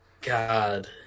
God